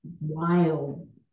wild